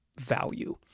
value